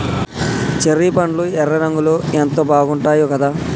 cherry పండ్లు ఎర్ర రంగులో ఎంత బాగుంటాయో కదా